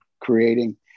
creating